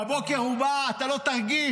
בבוקר הוא בא, אתה לא תרגיש.